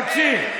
תקשיב,